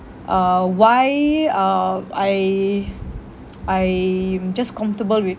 uh why uh I I'm just comfortable with